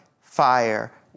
fire